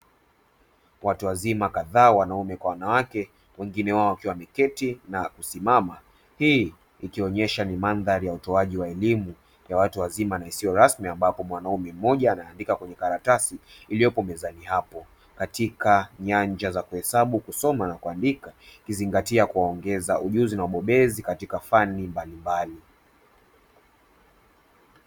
Watu wazima kadhaa, wanaume kwa wanawake, wengine wao wakiwa wameketi na kusimama. Hii ikionyesha ni mandhari ya utoaji wa elimu ya watu wazima na isiyo rasmi ambapo mwanaume mmoja ana andika kwenye karatasi iliyopo mezani hapo, katika nyanja za kuhesabu, kusoma na kuandika, ikizingatia kuongeza ujuzi na ubobezi katika fani mbalimbali.